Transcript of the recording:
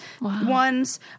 ones